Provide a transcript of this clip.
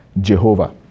Jehovah